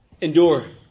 Endure